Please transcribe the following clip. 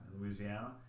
Louisiana